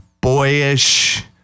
boyish